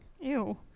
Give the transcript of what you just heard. Ew